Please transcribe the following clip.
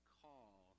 call